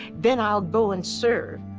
then i'll go and serve.